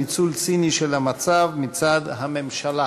ניצול ציני של המצב מצד הממשלה.